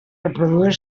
reproduir